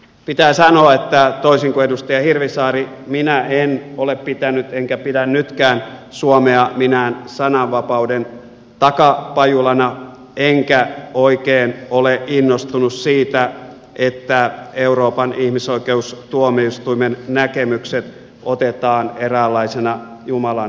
pitää sanoa että toisin kuin edustaja hirvisaari minä en ole pitänyt enkä pidä nytkään suomea minään sananvapauden takapajulana enkä oikein ole innostunut siitä että euroopan ihmisoikeustuomioistuimen näkemykset otetaan eräänlaisena jumalan sanana